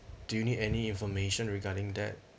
do you need any information regarding that